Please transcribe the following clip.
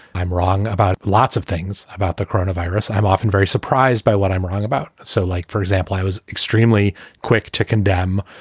i'm wrong about lots of things about the corona virus. i'm often very surprised by what i'm wrong about. so like, for example, i was extremely quick to condemn,